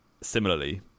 similarly